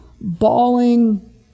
bawling